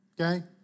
okay